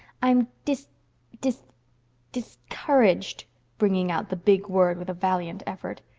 i'm dis dis discouraged bringing out the big word with a valiant effort.